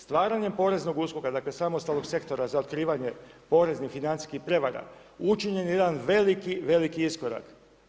Stvaranjem poreznog USKOK-a, dakle samostalnog sektora za otkrivanje poreznih i financijskih prijevara učinjen je jedan veliki, veliki iskorak.